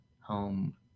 home